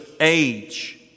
age